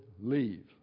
leave